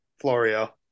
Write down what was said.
Florio